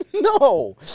No